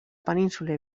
península